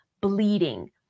bleeding